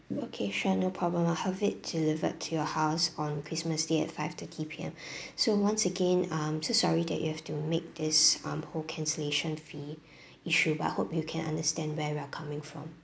okay sure problem I'll have it delivered to your house on christmas day at five thirty P_M so once again um so sorry that you have to make this um whole cancellation fee issue but I hope you can understand where we are coming from